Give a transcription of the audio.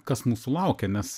kas mūsų laukia nes